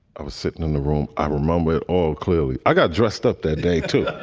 i was sitting in the room i remember it all clearly. i got dressed up that day, too.